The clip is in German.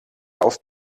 auf